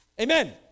Amen